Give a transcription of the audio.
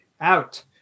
out